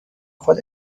خود